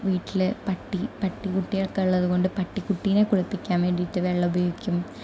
വീട്ടിൽ പട്ടി പട്ടിക്കുട്ടികളൊക്കെ ഉള്ളതുകൊണ്ട് പട്ടികുട്ടിനെ കുളിപ്പിക്കാൻ വേണ്ടിയിട്ട് വെള്ളം ഉപയോഗിക്കും